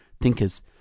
thinkers